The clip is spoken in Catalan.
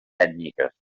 ètniques